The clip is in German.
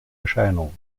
erscheinung